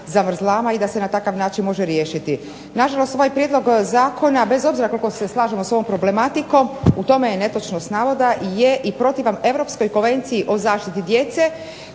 i da se na takav način može riješiti. Na žalost ovaj prijedlog zakona, bez obzira koliko se slažemo s ovom problematikom, u tome je netočnost navoda, je i protivan i europskoj konvenciji o zaštiti djece